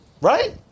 Right